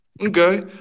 Okay